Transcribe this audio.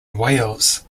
wales